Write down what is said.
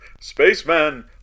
Spaceman